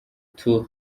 tour